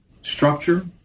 structure